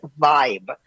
vibe